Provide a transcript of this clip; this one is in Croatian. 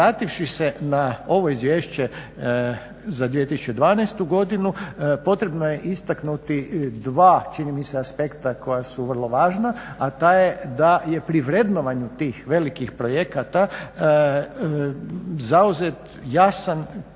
vrativši se na ovo izvješće za 2012. godinu potrebno je istaknuti dva čini mi se aspekta koja su vrlo važna, a to je da je pri vrednovanju tih velikih projekata zauzet jasan kriterij